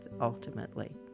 ultimately